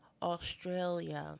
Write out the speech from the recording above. Australia